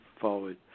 forward